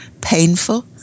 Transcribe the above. painful